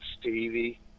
Stevie